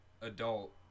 adult